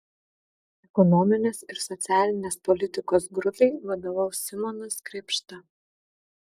ekonominės ir socialinės politikos grupei vadovaus simonas krėpšta